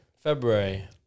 February